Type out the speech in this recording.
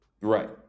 Right